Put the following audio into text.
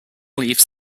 leaves